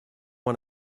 one